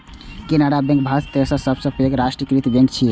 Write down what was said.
Canara bank भारतक तेसर सबसं पैघ राष्ट्रीयकृत बैंक छियै